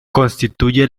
constituye